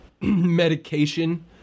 medication